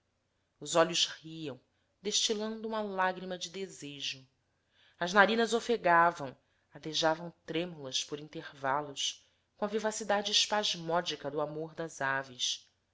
os olhos riam destilando uma lágrima de desejo as narinas ofegavam adejavam trêmulas por intervalos com a vivacidade espasmódica do amor das aves